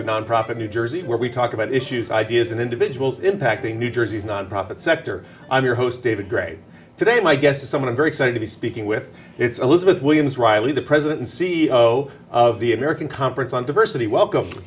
to nonprofit new jersey where we talk about issues ideas and individuals impacting new jersey's nonprofit sector i'm your host david gray today my guest is someone very excited to be speaking with it's elizabeth williams reilly the president and c e o of the american conference on diversity welcome